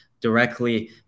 directly